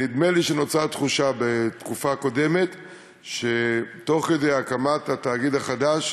נדמה לי שנוצרה תחושה בתקופה קודמת שתוך כדי הקמת התאגיד החדש,